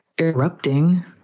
erupting